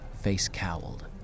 face-cowled